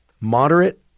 moderate